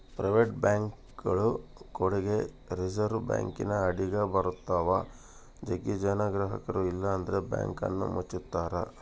private ಬ್ಯಾಂಕ್ಗಳು ಕೂಡಗೆ reserve ಬ್ಯಾಂಕಿನ ಅಡಿಗ ಬರುತ್ತವ, ಜಗ್ಗಿ ಜನ ಗ್ರಹಕರು ಇಲ್ಲಂದ್ರ ಬ್ಯಾಂಕನ್ನ ಮುಚ್ಚುತ್ತಾರ